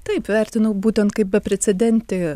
taip vertinau būtent kaip beprecedentį